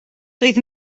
doedd